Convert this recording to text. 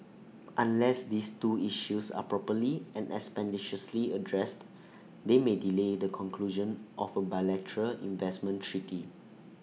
unless these two issues are properly and expeditiously addressed they may delay the conclusion of A bilateral investment treaty